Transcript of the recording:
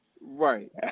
Right